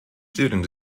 student